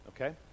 okay